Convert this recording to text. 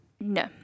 No